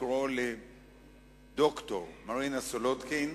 לקרוא לד"ר מרינה סולודקין.